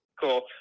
Cool